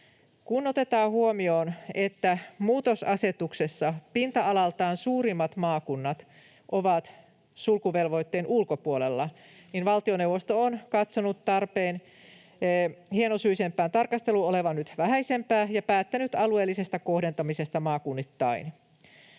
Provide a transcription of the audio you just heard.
Kun otetaan huomioon, että muutosasetuksessa pinta-alaltaan suurimmat maakunnat ovat sulkuvelvoitteen ulkopuolella, niin valtioneuvosto on katsonut tarpeen hienosyisempään tarkasteluun olevan nyt vähäisempää ja päättänyt alueellisesta kohdentamisesta maakunnittain.